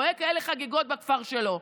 רואה כאלה חגיגות בכפר שלו,